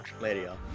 later